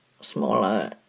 smaller